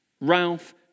Ralph